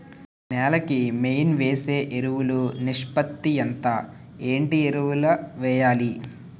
నేల కి మెయిన్ వేసే ఎరువులు నిష్పత్తి ఎంత? ఏంటి ఎరువుల వేయాలి?